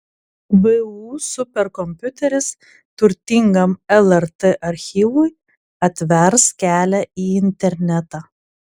vu superkompiuteris turtingam lrt archyvui atvers kelią į internetą